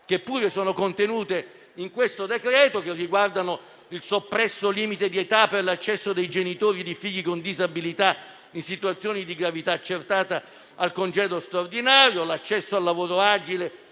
che pure sono contenute nel decreto-legge in esame, che riguardano il soppresso limite di età per l'accesso dei genitori di figli con disabilità, in situazioni di gravità accertata, al congedo straordinario; l'accesso al lavoro agile